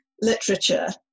literature